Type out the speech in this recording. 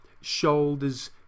shoulders